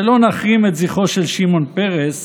שלא נחרים את זכרו של שמעון פרס